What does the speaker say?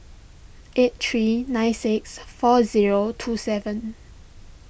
eight three nine six four zero two seven